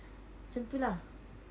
macam tu lah